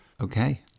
okay